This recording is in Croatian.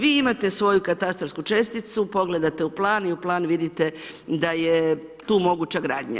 Vi imate svoju katastarsku česticu, pogledate u plan i u plan vidite da je tu moguća gradnja.